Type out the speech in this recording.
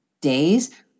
days